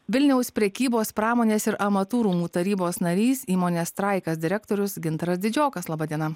vilniaus prekybos pramonės ir amatų rūmų tarybos narys įmonės straikas direktorius gintaras didžiokas laba diena